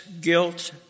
guilt